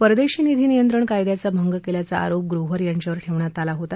परदेशी निधी नियंत्रण कायद्याचा भंग केल्याचा आरोप ग्रोव्हर यांच्यावर ठेवण्यात आला आहे